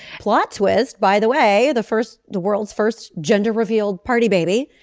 plot twist by the way the first the world's first gender revealed party baby.